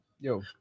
yo